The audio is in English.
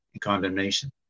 condemnation